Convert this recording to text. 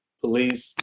police